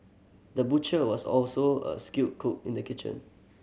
the butcher was also a skilled cook in the kitchen